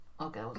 Okay